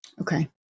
okay